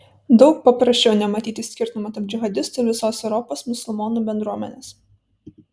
daug paprasčiau nematyti skirtumo tarp džihadistų ir visos europos musulmonų bendruomenės